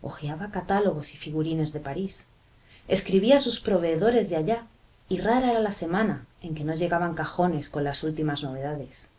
hojeaba catálogos y figurines de parís escribía a sus proveedores de allá y rara era la semana en que no llegaban cajones con las últimas novedades